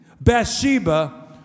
Bathsheba